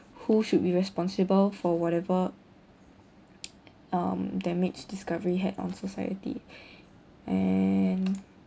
who should be responsible for whatever um damage discovery had on society and